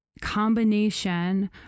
combination